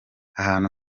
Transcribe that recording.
ahantu